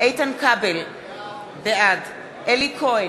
אליהו ישי,